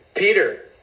Peter